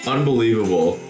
Unbelievable